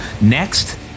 next